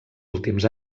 últims